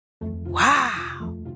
Wow